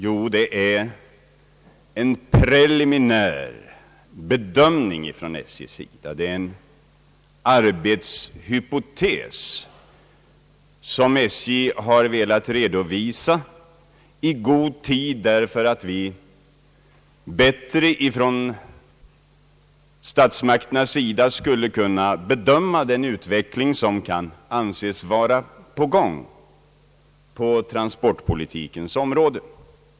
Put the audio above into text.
Jo, det är en preliminär bedömning från SJ:s sida, en arbetshypotes som SJ har redovisat i god tid och som gör att statsmakterna bättre kan bedöma den utveckling som kan anses vara i gång på transportpolitikens område.